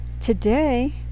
today